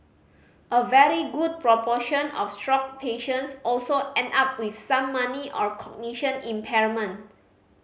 a very good proportion of stroke patients also end up with some money or cognition impairment